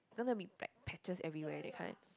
gonna be like pat~ patches everywhere that kind